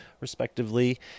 respectively